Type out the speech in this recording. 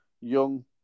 young